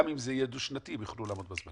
גם אם זה יהיה דו-שנתי, הם יוכלו לעמוד בזמן.